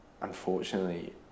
unfortunately